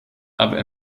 aber